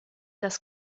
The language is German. das